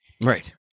right